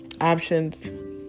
options